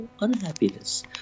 unhappiness